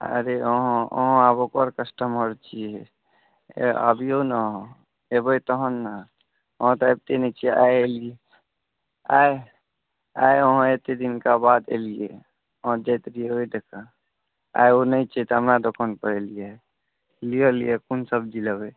अरे अहाँ अहाँ आब ओकर कस्टमर छियै अबियौ ने अहाँ अयबै तहन ने अहाँ तऽ अबितै नहि छियै आइ एलियै आइ अहाँ एतेक दिनके बाद अयलियै अहाँ जाइत छलियै ओ दोकान आइ ओ नहि छै तऽ हमरा दोकान पर एलियै हँ लिअ लिअ कोन सब्जी लेबै